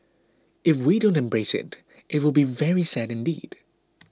if we don't embrace it it will be very sad indeed